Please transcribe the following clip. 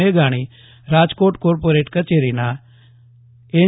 મેઘાણી રાજકોટ કોર્પોરેટ કચેરીના એન